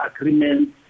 agreements